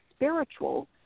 Spiritual